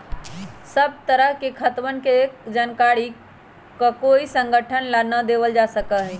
सब तरह के खातवन के जानकारी ककोई संगठन के ना देवल जा सका हई